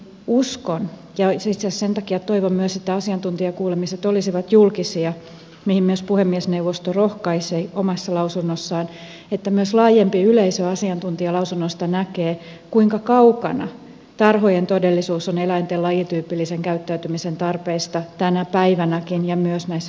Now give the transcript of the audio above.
uskon ja itse asiassa sen takia toivon myös että asiantuntijakuulemiset olisivat julkisia mihin myös puhemiesneuvosto rohkaisee omassa lausunnossaan että myös laajempi yleisö näkee asiantuntijalausunnoista kuinka kaukana tarhojen todellisuus on eläinten lajityypillisen käyttäytymisen tarpeista tänäkin päivänä ja myös näissä sertifioiduissa tiloissa